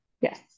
yes